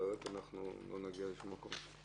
אחרת לא נגיע לשום מקום.